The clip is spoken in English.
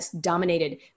dominated